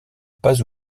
pas